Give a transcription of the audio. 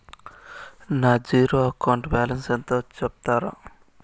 నా zero account balance ఎంతో సెప్తారా?